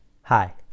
Hi